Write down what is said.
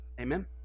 Amen